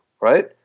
Right